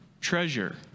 treasure